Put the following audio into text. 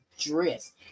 dress